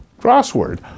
crossword